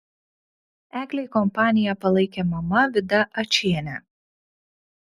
eglei kompaniją palaikė mama vida ačienė